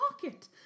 pocket